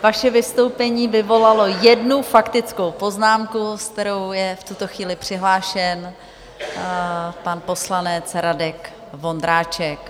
Vaše vystoupení vyvolalo jednu faktickou poznámku, s kterou je v tuto chvíli přihlášen pan poslanec Radek Vondráček.